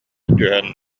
түһэн